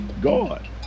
God